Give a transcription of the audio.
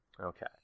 Okay